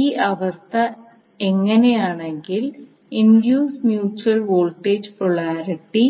ഈ അവസ്ഥ എങ്ങനെയാണെങ്കിൽ ഇൻഡ്യൂസ്ഡ് മ്യൂച്വൽ വോൾട്ടേജ് പോളാരിറ്റി